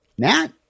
Matt